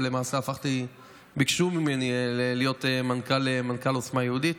ולמעשה ביקשו ממני להיות מנכ"ל עוצמה יהודית.